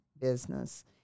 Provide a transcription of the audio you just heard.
business